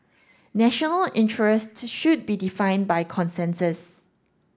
national interest should be defined by consensus